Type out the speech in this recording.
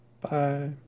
Bye